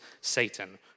Satan